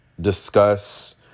discuss